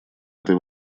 этой